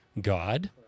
God